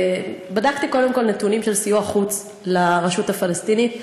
בדקתי קודם כול נתונים של סיוע חוץ לרשות הפלסטינית.